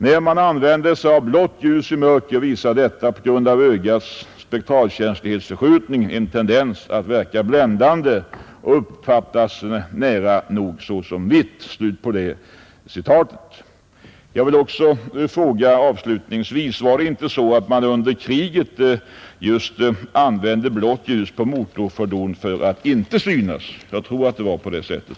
När man använder sig av blått ljus i mörker visar detta på grund av ögats spektralkänslighetsförskjutning en tendens att verka bländande och uppfattas som nära nog vitt.” Jag vill också avslutningsvis fråga, om det inte var så, att man under kriget just använde blått ljus på motorfordon för att inte synas. Jag tror att det var på det sättet.